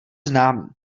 známý